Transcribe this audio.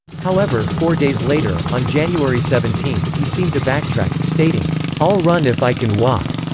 however, four days later, on january seventeen, he seemed to backtrack, stating i'll run if i can walk.